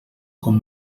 com